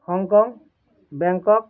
Hong Kong Bangkok